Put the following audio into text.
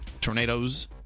tornadoes